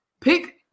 Pick